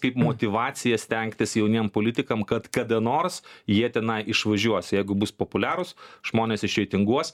kaip motyvacija stengtis jauniem politikam kad kada nors jie tenai išvažiuos jeigu bus populiarūs žmonės išreitinguos